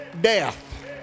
death